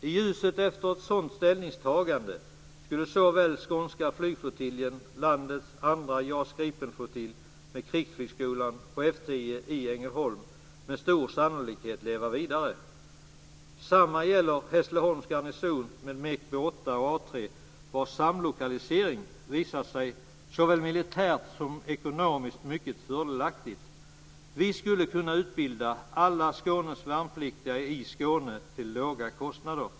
I ljuset av ett sådant ställningstagande skulle såväl Skånska flygflottiljen, landets andra JAS Gripenflottilj, med Krigsflygskolan på F 10 i Ängelholm med stor sannolikhet leva vidare. Detsamma gäller Hässleholms garnison med MekB 8 och A 3, vilkas samlokalisering visar sig såväl militärt som ekonomiskt mycket fördelaktig. Vi skulle kunna utbilda alla Skånes värnpliktiga i Skåne till låga kostnader.